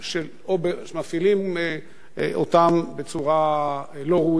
או מפעילים אותן בצורה לא ראויה,